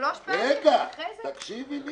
תקשיבי לי.